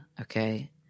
okay